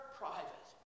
private